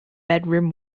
bedroom